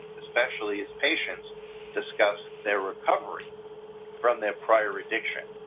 especially as patients discuss their recovery from their prior addiction.